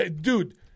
Dude